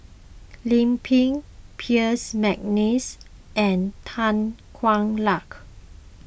Lim Pin Percy McNeice and Tan Hwa Luck